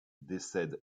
décède